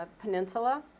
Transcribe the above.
Peninsula